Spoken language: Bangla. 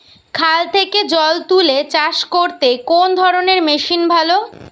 খাল থেকে জল তুলে চাষ করতে কোন ধরনের মেশিন ভালো?